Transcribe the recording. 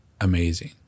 amazing